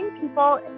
people